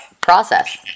process